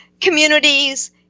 communities